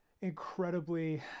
incredibly